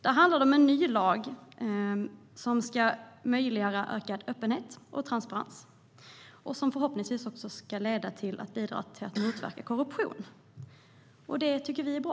Det handlar om en ny lag som ska möjliggöra ökad öppenhet och transparens och som förhoppningsvis ska bidra till att motverka korruption. Det tycker vi är bra.